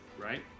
Right